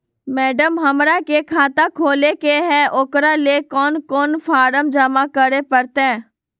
Madam, हमरा के खाता खोले के है उकरा ले कौन कौन फारम जमा करे परते?